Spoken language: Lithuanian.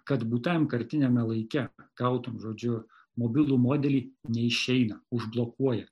kad būtajam kartiniame laike gautum žodžiu mobilų modelį neišeina užblokuoja